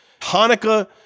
Hanukkah